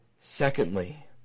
Secondly